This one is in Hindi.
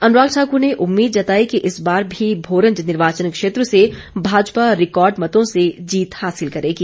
अनुराग ठाकुर ने उम्मीद जताई कि इस बार भी भोरंज निर्वाचन क्षेत्र से भाजपा रिकार्ड मतों से जीत हासिल करेगी